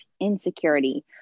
insecurity